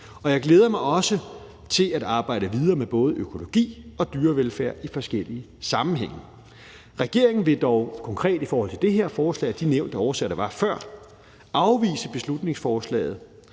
Og jeg glæder mig også til at arbejde videre med både økologi og dyrevelfærd i forskellige sammenhænge. Regeringen vil dog konkret i forhold til det her forslag af de årsager, der blev nævnt før, afvise beslutningsforslaget,